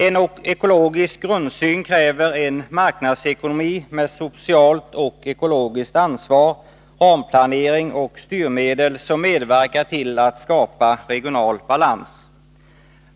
En ekologisk grundsyn kräver en marknadsekonomi med socialt och ekologiskt ansvar, ramplanering och styrmedel som medverkar till att skapa regional balans.